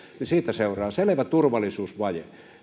niin siitä seuraa selvä turvallisuusvaje